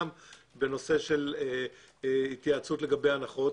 גם בנושא של התייעצות לגבי הנחות,